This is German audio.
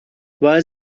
weil